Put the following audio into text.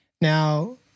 now